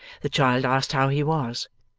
the child asked how he was,